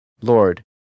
Lord